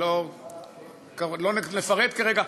שלא נפרט כרגע,